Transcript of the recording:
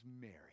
Mary